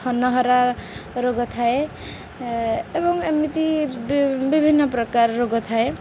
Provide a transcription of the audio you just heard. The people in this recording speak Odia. ଧନହରା ରୋଗ ଥାଏ ଏବଂ ଏମିତି ବିଭିନ୍ନ ପ୍ରକାର ରୋଗ ଥାଏ